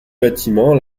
bâtiment